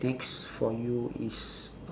next for you is